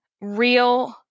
real